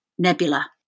Nebula